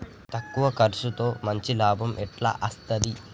తక్కువ కర్సుతో మంచి లాభం ఎట్ల అస్తది?